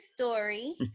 story